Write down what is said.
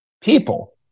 people